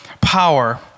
power